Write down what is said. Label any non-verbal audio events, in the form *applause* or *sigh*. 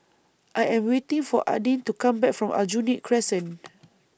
I Am waiting For Adin to Come Back from Aljunied Crescent *noise*